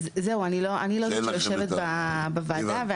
אני לא זאת שיושבת בוועדה,